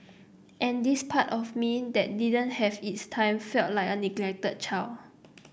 and this part of me that didn't have its time felt like a neglected child